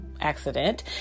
accident